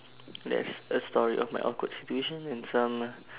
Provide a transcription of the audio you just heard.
that's a story of my awkward situation and some